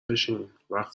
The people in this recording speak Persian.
بشینین، وقت